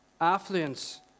affluence